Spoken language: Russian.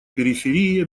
периферии